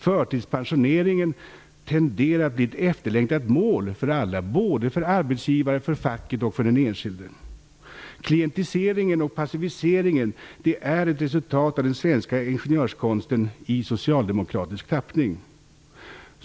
Förtidspensioneringen tenderar att bli ett efterlängtat mål för alla, för arbetsgivare, facket och den enskilde. Klientiseringen och passiviseringen är ett resultat av den svenska ingenjörskonsten i socialdemokratisk tappning.